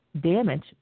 damage